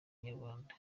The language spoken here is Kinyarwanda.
inyarwanda